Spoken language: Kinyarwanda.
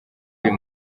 uyu